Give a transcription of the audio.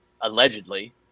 allegedly